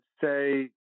say